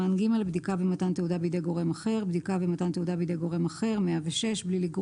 106.בדיקה ומתן תעודה בידי גורם אחר בלי לגרוע